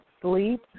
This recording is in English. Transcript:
sleep